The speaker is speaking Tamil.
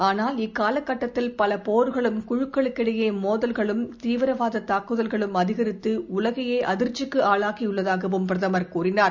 ஆனால் இக்காலகட்டத்தில் பல போர்களும் குழுக்களுக்கு இடையே மோதல்களும் தீவிரவாத தாக்குதல்களும் அதிகரித்து உலகையே அதிர்ச்சிக்கு ஆளாக்கியுள்ளதாகவும் பிரதமர் கூறினார்